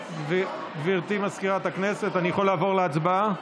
גברתי מזכירת הכנסת, אני יכול לעבור להצבעה?